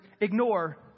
ignore